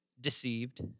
deceived